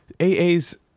AA's